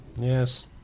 Yes